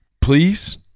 Please